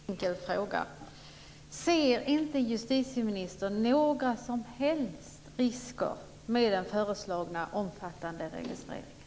Fru talman! Jag vill bara ställa en väldigt enkel fråga. Ser inte justitieministern några som helst risker med den föreslagna omfattande registreringen?